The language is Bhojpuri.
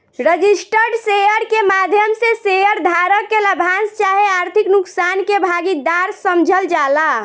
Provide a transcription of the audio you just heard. रजिस्टर्ड शेयर के माध्यम से शेयर धारक के लाभांश चाहे आर्थिक नुकसान के भागीदार समझल जाला